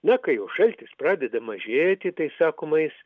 na kai jau šaltis pradeda mažėti tai sakoma jis